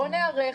בואו ניערך,